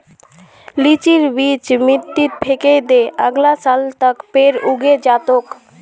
लीचीर बीज मिट्टीत फेकइ दे, अगला साल तक पेड़ उगे जा तोक